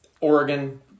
Oregon